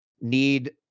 need